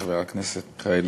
חבר הכנסת מיכאלי,